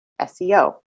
SEO